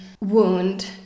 wound